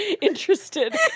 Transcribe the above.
interested